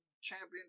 champion